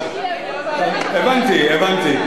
הבנתי.